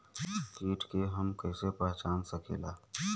कीट के हम कईसे पहचान सकीला